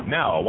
now